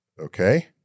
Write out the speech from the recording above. Okay